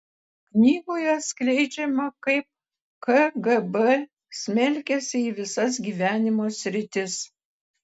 knygoje atskleidžiama kaip kgb smelkėsi į visas gyvenimo sritis